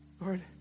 Lord